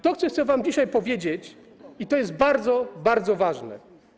To chcę wam dzisiaj powiedzieć i to jest bardzo, bardzo ważne.